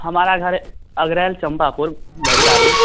हमारा घर अगरैल चंपापुर वैशाली